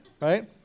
right